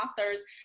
authors